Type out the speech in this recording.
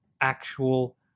actual